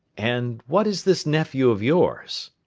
and what is this nephew of yours?